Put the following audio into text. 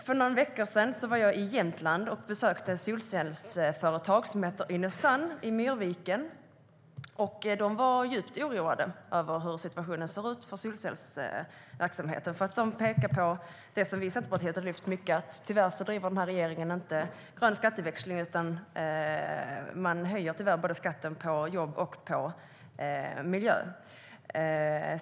För någon vecka sedan var jag i Jämtland och besökte ett solcellsföretag i Myrviken som heter Innosund. Där var man djupt oroad över hur situationen ser ut för solcellsverksamheten. Man pekade på något som vi i Centerpartiet har tagit upp ofta, nämligen att regeringen tyvärr inte driver grön skatteväxling, utan i stället höjer man skatten både på jobb och på miljö.